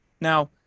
now